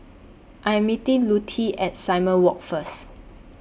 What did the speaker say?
I Am meeting Lutie At Simon Walk First